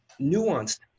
nuanced